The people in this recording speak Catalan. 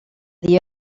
dia